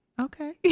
okay